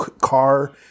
car